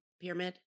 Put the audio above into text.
pyramid